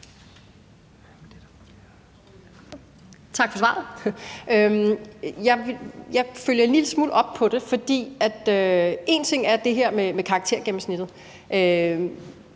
Tak for svaret. Jeg vil følge en lille smule op på det, for det her med karaktergennemsnittet